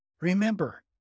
Remember